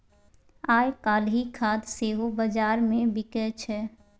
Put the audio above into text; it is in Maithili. आयकाल्हि खाद सेहो बजारमे बिकय छै